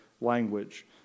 language